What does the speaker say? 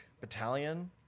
battalion